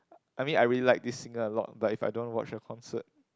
I mean I really like this singer a lot but if I don't want to watch her concert